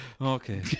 Okay